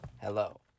Hello